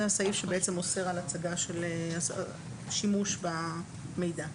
זה הסעיף שאוסר על שימוש במידע.